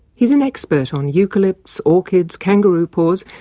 he is an expert on eucalyptus, orchids, kangaroo paws,